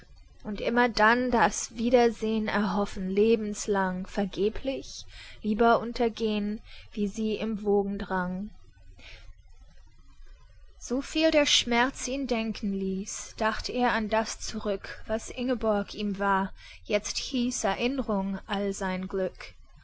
und immer dann das wiedersehn erhoffen lebenslang vergeblich lieber untergehn wie sie im wogendrang soviel der schmerz ihn denken ließ dacht er an das zurück was ingeborg ihm war jetzt hieß erinnrung all sein glück